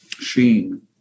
Sheen